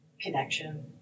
connection